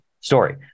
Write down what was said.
story